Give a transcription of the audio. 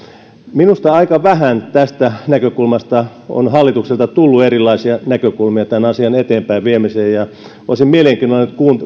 minusta aika vähän tästä näkökulmasta on hallitukselta tullut erilaisia näkökulmia tämän asian eteenpäinviemiseen ja olisin mielenkiinnolla nyt